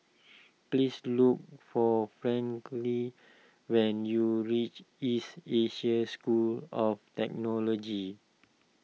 please look for Franklyn when you reach East Asia School of technology